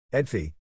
Edfi